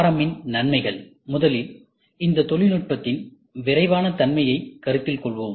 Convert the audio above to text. M இன் நன்மைகள் முதலில் இந்த தொழில்நுட்பத்தின் விரைவான தன்மையைக் கருத்தில் கொள்வோம்